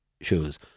shoes